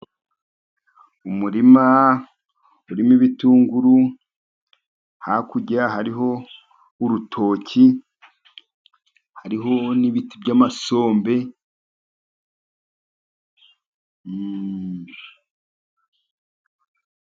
Umurima urimo ibitunguru, hakurya hariho urutoki, hariho n'ibiti by'amasombe.